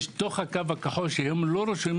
יש תוך הקו הכחול שלא רשומים